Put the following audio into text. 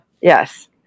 Yes